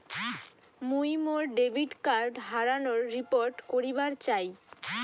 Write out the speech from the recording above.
মুই মোর debit card হারানোর রিপোর্ট করিবার চাই